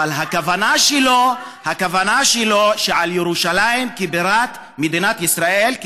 אבל הכוונה שלו היא על ירושלים כבירת מדינת ישראל,